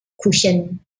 cushion